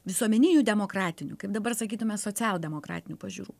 visuomeninių demokratinių kaip dabar sakytume socialdemokratinių pažiūrų